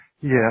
yes